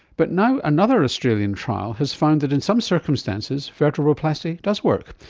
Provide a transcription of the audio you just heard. but now another australian trial has found that in some circumstances vertebroplasty does work.